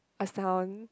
a sound